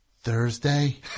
Thursday